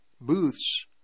booths